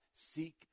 seek